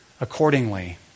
accordingly